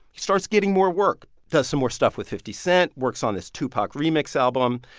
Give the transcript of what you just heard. he starts getting more work. does some more stuff with fifty cent, works on this tupac remix album,